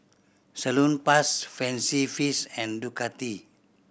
Salonpas Fancy Feast and Ducati